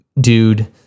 dude